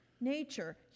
nature